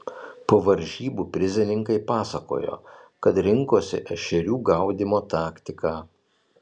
po varžybų prizininkai pasakojo kad rinkosi ešerių gaudymo taktiką